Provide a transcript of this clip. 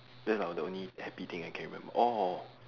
those are the only happy thing I can remember orh